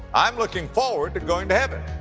i'm looking forward to going to heaven.